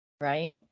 Right